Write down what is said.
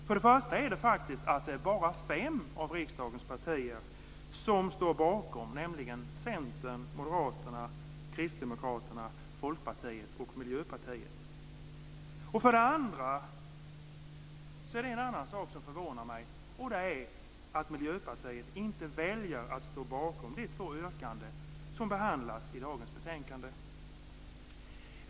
För det första är det bara fem av riksdagen partier som står bakom den, nämligen Centern, Moderaterna, Kristdemokraterna, Folkpartiet och Miljöpartiet. För det andra förvånar det mig att Miljöpartiet inte väljer att stå bakom de två yrkanden som behandlas i dagens betänkande.